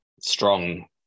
strong